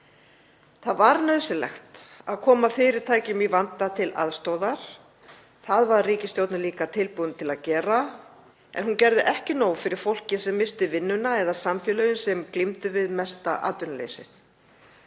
Það var nauðsynlegt að koma fyrirtækjum í vanda til aðstoðar. Það var ríkisstjórnin líka tilbúin til að gera en hún gerði ekki nóg fyrir fólkið sem missti vinnuna eða samfélögin sem glímdu við mesta atvinnuleysið.